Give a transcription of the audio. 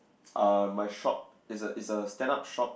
uh my shop is a is a stand up shop